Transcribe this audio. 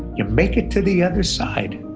you make it to the other side.